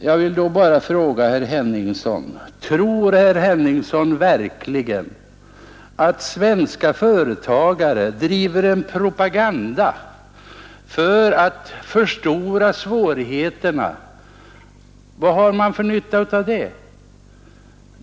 Jag vill bara fråga herr Henningsson: Tror herr Henningsson verkligen att svenska företagare driver en propaganda för att förstora svårigheterna? Vad har man för nytta av det?